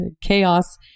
chaos